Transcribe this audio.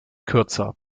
kürzer